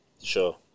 Sure